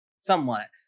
Somewhat